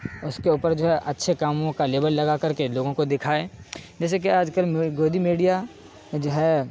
اور اس کے اوپر جو ہے اچھے کاموں کا لیبل لگا کر کے لوگوں کو دکھائے جیسے کہ آج کل گودی میڈیا جو ہے